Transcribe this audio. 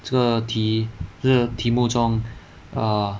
这个题这个题目中 err